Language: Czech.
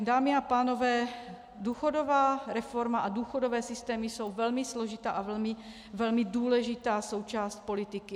Dámy a pánové, důchodová reforma a důchodové systémy jsou velmi složitá a velmi důležitá součást politiky.